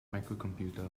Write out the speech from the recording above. microcomputer